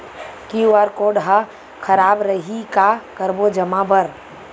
QR code हा खराब रही का करबो जमा बर?